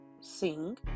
sing